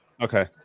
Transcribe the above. Okay